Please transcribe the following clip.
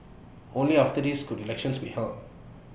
only after this could elections be held